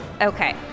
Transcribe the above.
Okay